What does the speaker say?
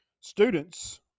students